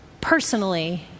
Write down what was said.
personally